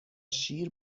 شیر